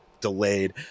delayed